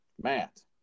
Matt